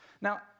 Now